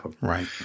Right